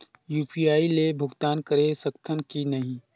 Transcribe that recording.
UPI ले भुगतान करे सकथन कि नहीं?